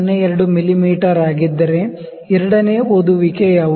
02 ಮಿಮೀ ಆಗಿದ್ದರೆ ಎರಡನೇ ರೀಡಿಂಗ್ ಯಾವುದು